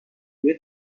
روی